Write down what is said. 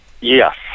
Yes